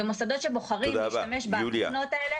ומוסדות שבוחרים להשתמש בתוכנות האלה,